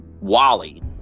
Wally